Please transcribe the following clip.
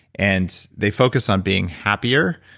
and they focus on being happier.